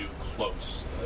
close